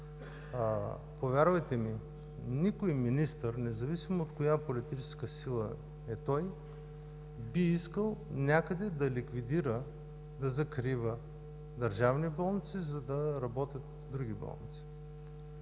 Повярвайте ми, никой министър, независимо от коя политическа сила е, не той би искал някъде да ликвидира, да закрива държавни болници, за да работят други болници.